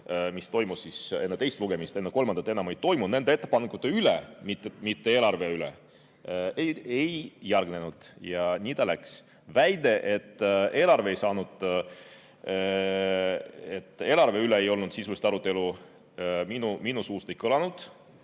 mis toimus enne teist lugemist, enne kolmandat enam ei toimunud, nende ettepanekute üle, mitte eelarve üle – ei järgnenud ja nii ta läks. Väide, et eelarve üle ei olnud sisulist arutelu, minu suust ei kõlanud,